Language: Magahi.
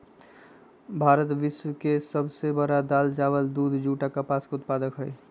भारत विश्व के सब से बड़ दाल, चावल, दूध, जुट आ कपास के उत्पादक हई